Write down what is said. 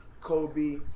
Kobe